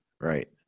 right